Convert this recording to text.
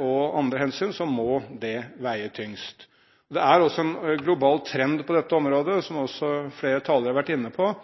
og andre hensyn må det veie tyngst. Det er en global trend på dette området, som også flere talere har vært inne på.